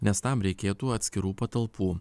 nes tam reikėtų atskirų patalpų